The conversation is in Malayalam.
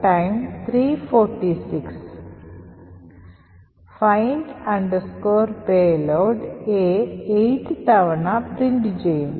find payload A 8 തവണ പ്രിന്റുചെയ്യും